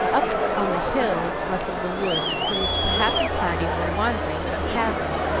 up on the hill rustled the wood through which the happy party were wandering to the chasm.